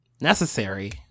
necessary